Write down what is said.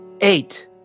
Eight